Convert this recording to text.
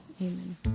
Amen